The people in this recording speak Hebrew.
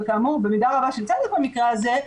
וכאמור במידה רבה של צדק במקרה הזה,